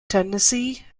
tennessee